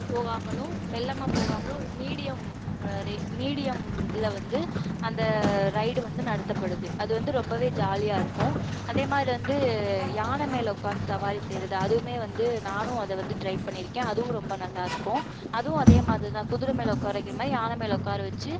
போகாமலும் மெல்லமாக போகாமலும் ஒரு மீடியம் ரே மீடியம் இதில் வந்து அந்த ரைடு வந்து நடத்தப்படுது அது வந்து ரொம்பவே ஜாலியாக இருக்கும் அதேமாதிரி வந்து யானை மேல் உட்காந்து சவாரி செய்வது அதுவுமே வந்து நானும் அதை வந்து ட்ரை பண்ணியிருக்கேன் அதுவும் ரொம்ப நல்லாயிருக்கும் அதுவும் அதேமாதிரி தான் குதிரை மேலே உட்கார வைக்கின்ற மாதிரி யானை மேலே உட்கார வச்சு